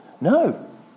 No